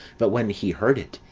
but when he heard it,